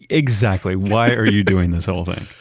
ah exactly. why are you doing this whole thing?